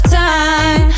time